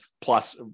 plus